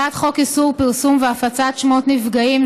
הצעת חוק איסור פרסום והפצת שמות נפגעים,